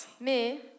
Mais